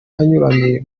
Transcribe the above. anyuranye